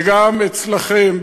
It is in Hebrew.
וגם אצלכם,